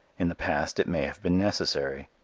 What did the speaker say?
in the past it may have been necessary.